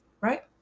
right